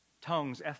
tongues